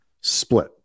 split